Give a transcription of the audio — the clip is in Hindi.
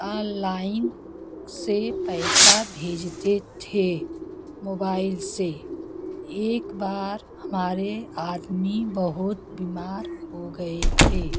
अललाइन से पैसा भेजते थे मोबाइल से एकबार हमारे आदमी बहुत बीमार हो गए थे